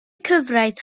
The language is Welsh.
cyfraith